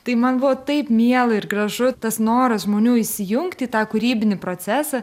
tai man buvo taip miela ir gražu tas noras žmonių įsijungt į tą kūrybinį procesą